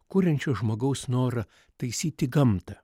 kuriančio žmogaus norą taisyti gamtą